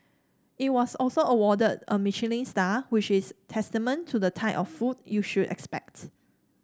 it was also awarded a Michelin star which is testament to the type of food you should expect